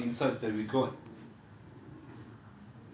in the one hour பேசுற:pesura the spiritual insights that we got